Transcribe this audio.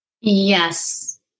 Yes